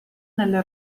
nelle